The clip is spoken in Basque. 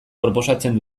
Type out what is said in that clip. proposatzen